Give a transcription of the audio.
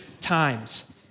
times